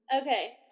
Okay